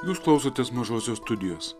jūs klausotės mažosios studijos